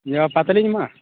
ଯିମା ପାତାଲି ଯିମା